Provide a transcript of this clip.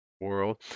world